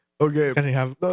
Okay